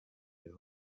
leon